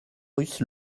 russes